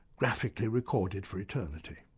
graphically recorded for eternity.